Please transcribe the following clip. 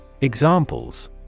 Examples